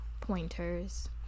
pointers